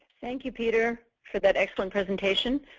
thank you, peter, for that excellent presentation.